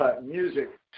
music